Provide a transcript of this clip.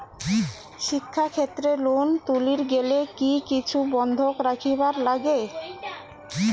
শিক্ষাক্ষেত্রে লোন তুলির গেলে কি কিছু বন্ধক রাখিবার লাগে?